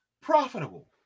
profitable